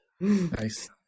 nice